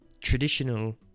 traditional